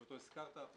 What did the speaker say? שאותו הזכרת,